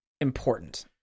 important